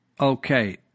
Okay